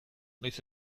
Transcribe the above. noiz